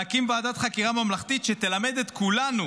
להקים ועדת חקירה ממלכתית שתלמד את כולנו